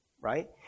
right